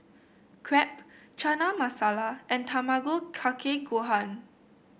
Crepe Chana Masala and Tamago Kake Gohan